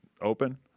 open